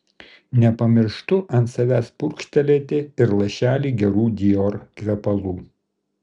nepamirštu ant savęs purkštelėti ir lašelį gerų dior kvepalų